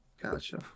gotcha